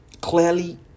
clearly